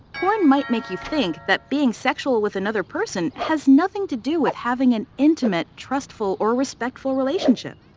porn might make you think that being sexual with another person has nothing to do with having an intimate, trustful, or respectful relationship.